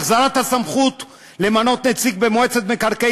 החזרת הסמכות למנות נציג במועצת מקרקעי